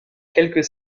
quelques